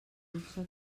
luxe